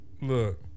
Look